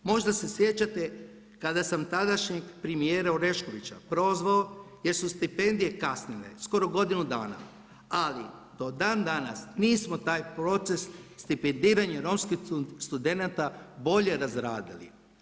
Možda se sjećate kada sam tadašnjeg premijera Oreškovića prozvao jer su stipendije kasnile skoro godinu dana, ali do dan danas nismo taj proces stipendiranja romskih studenata bolje razradili.